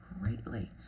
greatly